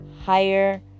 higher